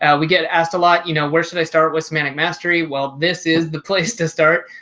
and we get asked a lot you know, where should i start with semantic mastery well, this is the place to start.